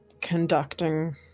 conducting